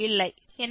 எனவே இந்த x00